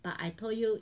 but I told you